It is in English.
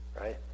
right